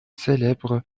célèbre